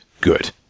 good